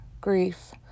grief